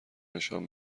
نشان